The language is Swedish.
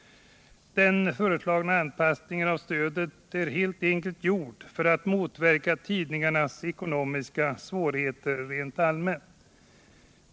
Den föreslagna anpassningen av stödet är helt enkelt gjord för att motverka tidningarnas ekonomiska svårigheter rent allmänt.